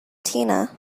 tina